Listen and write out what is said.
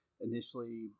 Initially